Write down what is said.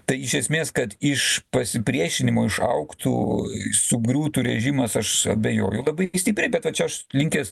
tai iš esmės kad iš pasipriešinimo išaugtų sugriūtų režimas aš abejoju labai stipriai tai čia aš linkęs